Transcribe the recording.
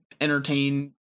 entertain